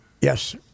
Yes